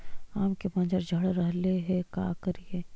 आम के मंजर झड़ रहले हे का करियै?